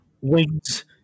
wings